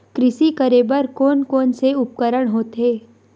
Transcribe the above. कृषि करेबर कोन कौन से उपकरण होथे?